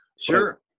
Sure